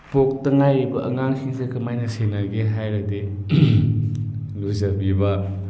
ꯄꯣꯛꯄꯇ ꯉꯥꯏꯔꯤꯕ ꯑꯉꯥꯡꯁꯤꯡꯁꯦ ꯀꯃꯥꯏꯅ ꯁꯦꯟꯅꯒꯦ ꯍꯥꯏꯔꯗꯤ ꯂꯨꯖꯕꯤꯕ